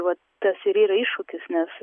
vat tas ir yra iššūkis nes